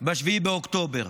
ב-7 באוקטובר,